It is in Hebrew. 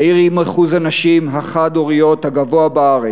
העיר עם אחוז הנשים החד-הוריות הגבוה בארץ.